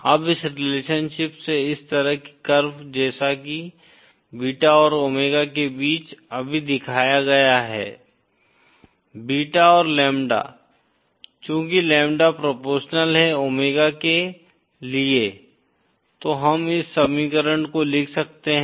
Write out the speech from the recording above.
अब इस रिलेशनशिप से इस तरह के कर्व जैसा कि बीटा और ओमेगा के बीच अभी दिखाया गया है बीटा और लैम्ब्डा चूंकि लैम्ब्डा प्रोपोरशनल है ओमेगा के लिए तो हम इस समीकरण को लिख सकते हैं